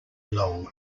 long